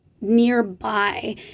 nearby